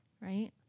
Right